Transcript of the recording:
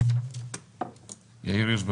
יאיר הירש,